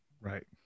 Right